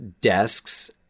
desks